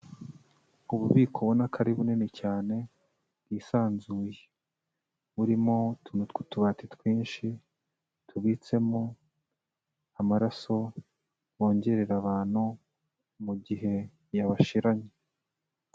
Ububiko ubona ko ari bunini cyane bwisanzuye, burimo utuntu tw'utubati twinshi tubitsemo amaraso bongerera abantu mu gihe yabashiranye.